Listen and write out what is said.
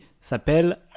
s'appelle «